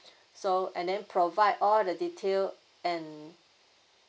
so and then provide all the detail and